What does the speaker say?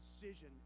decision